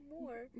more